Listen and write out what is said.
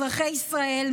אזרחי ישראל,